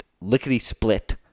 lickety-split